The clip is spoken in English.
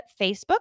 Facebook